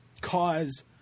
cause